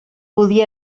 podia